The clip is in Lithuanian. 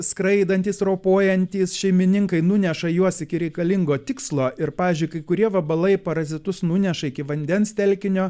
skraidantys ropojantys šeimininkai nuneša juos iki reikalingo tikslo ir pavyzdžiui kai kurie vabalai parazitus nuneša iki vandens telkinio